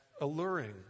alluring